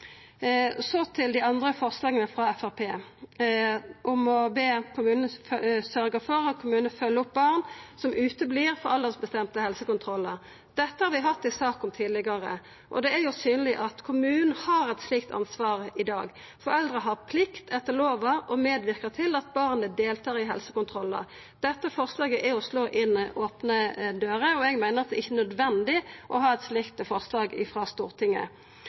Så til dei andre forslaga frå Framstegspartiet: Eit handlar om å sørgja for at kommunane følgjer opp barn som ikkje kjem på aldersbestemte helsekontrollar. Dette har vi hatt ei sak om tidlegare. Det er synleg at kommunane har eit slikt ansvar i dag. Foreldre har etter lova plikt til å medverka til at barnet deltar på helsekontrollar. Dette forslaget slår inn opne dører, og eg meiner det ikkje er nødvendig å fremja eit slikt forslag i Stortinget.